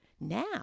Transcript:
Now